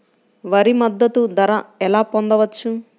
వరి మద్దతు ధర ఎలా పొందవచ్చు?